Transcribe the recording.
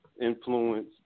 influence